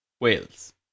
Wales